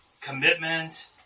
Commitment